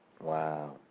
wow